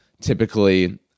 typically